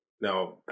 Now